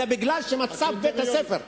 אלא בגלל מצב בית-הספר.